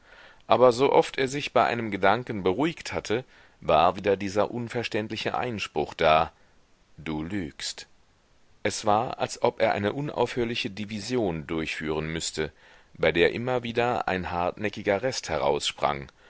aber so oft er sich bei einem gedanken beruhigt hatte war wieder dieser unverständliche einspruch da du lügst es war als ob er eine unaufhörliche division durchführen müßte bei der immer wieder ein hartnäckiger rest